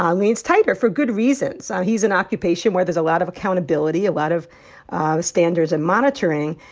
um leans tighter for good reasons. he's an occupation where there's a lot of accountability, a lot of standards and monitoring.